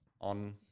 on